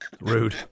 rude